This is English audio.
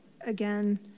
again